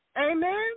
Amen